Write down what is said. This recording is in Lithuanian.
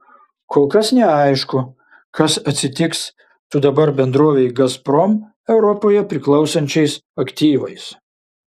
kol kas neaišku kas atsitiks su dabar bendrovei gazprom europoje priklausančiais aktyvais